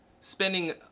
spending